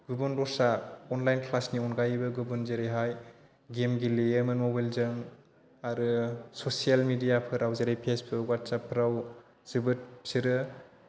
गुबुन दस्रा अनलाइन क्लासनि अनगायैबो गुबुन जेरैहाय गेम गेलेयो मबाइलजों आरो ससियेल मिडिया फोराव जेरै फेसबुक वाट्सएपफ्राव जोबोद बिसोरो